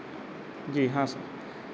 जी हाँ सर